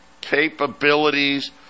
capabilities